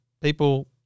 people